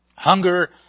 Hunger